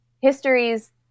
histories